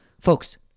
Folks